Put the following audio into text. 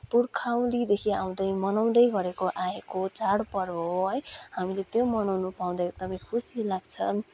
पुर्ख्यौलीदेखि आउँदै मनाउँदै गरेको आएको चाडपर्व हो है हामीले त्यो मनाउन पाउँदा एकदमै खुसी लाग्छ